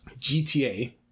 GTA